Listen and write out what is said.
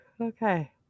Okay